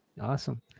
awesome